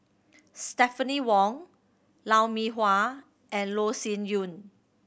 Stephanie Wong Lou Mee Hua and Loh Sin Yun